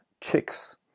chicks